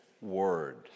word